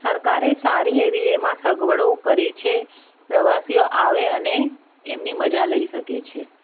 સરકારે સારી એવી એમાં સગવડો કરી છે પ્રવાસીઓ આવે અને એમની મજા લઈ શકે છે